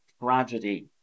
tragedy